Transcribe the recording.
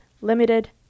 limited